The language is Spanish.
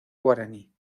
guaraní